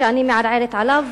שאני מערערת עליו,